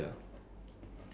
if you